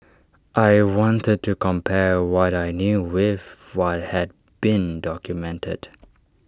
I wanted to compare what I knew with what had been documented